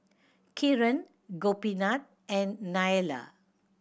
Kiran Gopinath and Neila